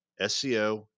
SEO